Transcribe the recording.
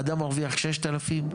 אדם מרוויח 6,000,